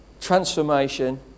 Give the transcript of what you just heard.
transformation